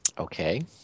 okay